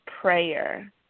prayer